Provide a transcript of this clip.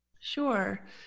Sure